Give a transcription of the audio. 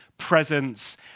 presence